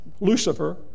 Lucifer